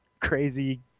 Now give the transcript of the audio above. crazy